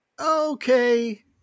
okay